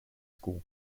school